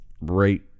right